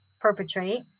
perpetrate